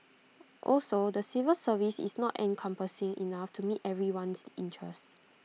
also the civil service is not encompassing enough to meet everyone's interest